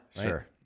sure